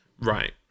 Right